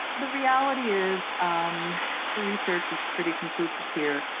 the reality is um the research is pretty conclusive here.